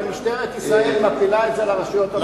ומשטרת ישראל מפילה את זה על הרשויות המקומיות.